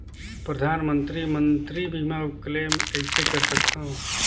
परधानमंतरी मंतरी बीमा क्लेम कइसे कर सकथव?